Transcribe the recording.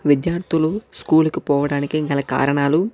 విద్యార్థులు స్కూల్ కి పోవడానికి గల కారణాలు